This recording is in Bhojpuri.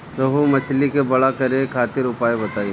रोहु मछली के बड़ा करे खातिर उपाय बताईं?